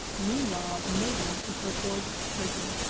meanwhile, the maiden, in her gorgeous prison,